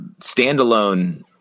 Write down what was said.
standalone